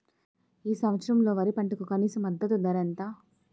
ఈ సంవత్సరంలో వరి పంటకు కనీస మద్దతు ధర ఎంత?